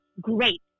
great